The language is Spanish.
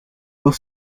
dos